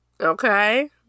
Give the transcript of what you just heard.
okay